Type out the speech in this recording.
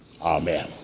Amen